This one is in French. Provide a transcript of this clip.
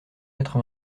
quatre